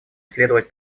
следовать